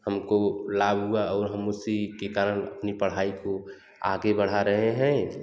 हम को लाभ हुआ और हम उसी के कारण अपनी पढ़ाई आगे बढ़ा रहे हैं